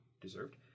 deserved